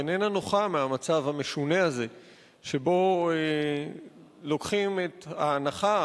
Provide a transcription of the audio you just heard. איננה נוחה מהמצב המשונה הזה שבו לוקחים את ההנחה,